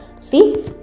see